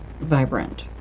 vibrant